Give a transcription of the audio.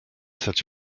such